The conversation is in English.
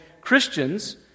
Christians